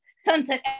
sunset